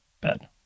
bed